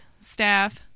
staff